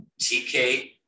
tk